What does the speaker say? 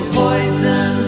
poison